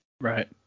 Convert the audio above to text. right